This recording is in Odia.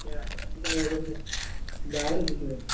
ସେ ଆସୁଛନ୍ତି ତ ବାହାରୁ ସେଥିପାଇଁ